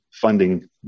funding